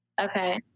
Okay